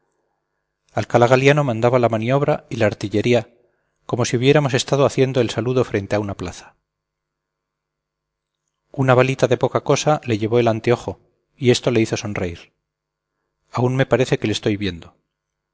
alcalá galiano mandaba la maniobra y la artillería como si hubiéramos estado haciendo el saludo frente a una plaza una balita de poca cosa le llevó el anteojo y esto le hizo sonreír aún me parece que le estoy viendo